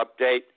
update